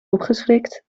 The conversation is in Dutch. opgeschrikt